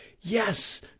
yes